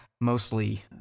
mostly